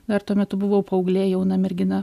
dar tuo metu buvau paauglė jauna mergina